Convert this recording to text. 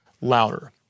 louder